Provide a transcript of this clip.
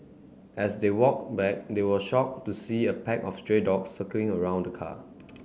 as they walked back they were shocked to see a pack of stray dogs circling around the car